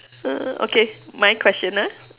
uh okay my question ah